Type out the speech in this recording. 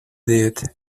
death